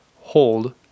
hold